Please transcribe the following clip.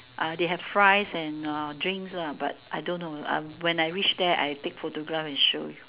uh they have fries and uh drinks lah but I don't know um when I reach there I take photograph and show you